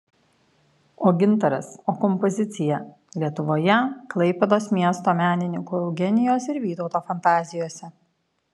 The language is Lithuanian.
o gintaras o kompozicija lietuvoje klaipėdos miesto menininkų eugenijos ir vytauto fantazijose